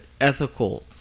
ethical